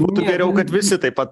būtų geriau kad visi taip pat